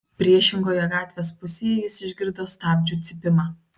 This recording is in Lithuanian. priešingoje gatvės pusėje jis išgirdo stabdžių cypimą